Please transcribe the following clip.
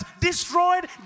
destroyed